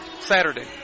saturday